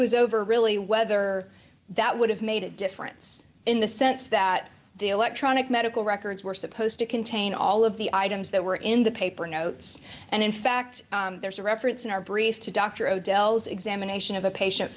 was over really whether that would have made a difference in the sense that the electronic medical records were supposed to contain all of the items that were in the paper notes and in fact there's a reference in our brief to dr odell's examination of a patient